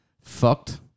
Fucked